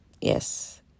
Yes